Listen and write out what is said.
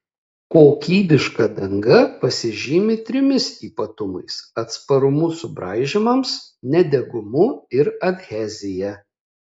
kokybiška danga pasižymi trimis ypatumais atsparumu subraižymams nedegumu ir adhezija